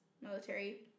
military